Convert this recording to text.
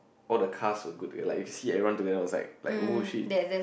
all the cast were good together like you see everyone together was like like oh shit